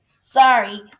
Sorry